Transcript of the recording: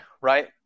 right